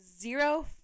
zero